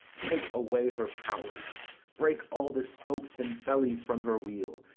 take away her power break all the spokes and fellies from her wheel,